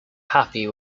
happy